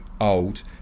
old